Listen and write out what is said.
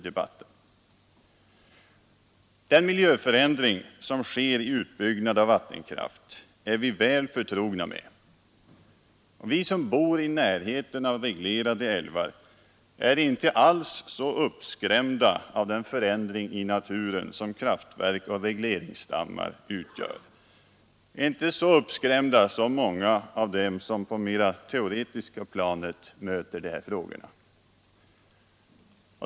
Den miljöförändring som sker vid utbyggnad av vattenkraft är vi väl förtrogna med. Vi som bor i närheten av reglerade älvar är inte alls så uppskrämda av den förändring i naturen som kraftverk och regleringsdammar utgör som många av dem som mera på det teoretiska planet möter de här frågorna.